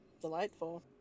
Delightful